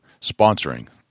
sponsoring